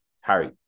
harry